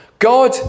God